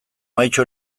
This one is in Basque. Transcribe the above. mahaitxo